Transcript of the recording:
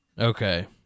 Okay